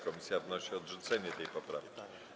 Komisja wnosi o odrzucenie tej poprawki.